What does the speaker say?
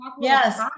Yes